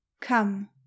come